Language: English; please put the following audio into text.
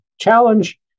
challenge